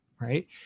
right